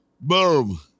Boom